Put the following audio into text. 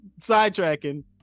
sidetracking